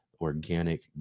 organic